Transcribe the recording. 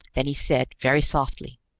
then he said, very softly,